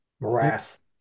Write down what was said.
morass